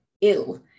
ill